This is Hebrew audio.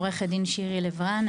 עורכת דין שירי לב רן,